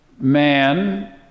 Man